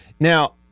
Now